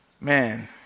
man